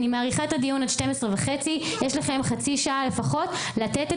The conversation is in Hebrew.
אני מאריכה את הדיון עד 12:30. יש לכם לפחות חצי שעה לתת את